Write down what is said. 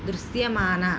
దృశ్యమాన